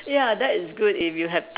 ya that is good if you have